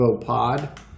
Pod